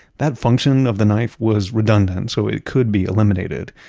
that function of the knife was redundant so it could be eliminated.